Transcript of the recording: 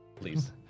please